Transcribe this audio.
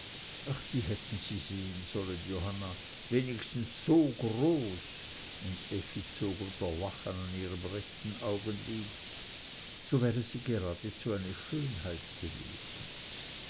die hätten sie sehen sollen johanna wenigstens so groß und effi zog unter lachen an ihrem rechten augenlid so wäre sie geradezu eine schönheit gewesen